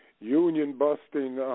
union-busting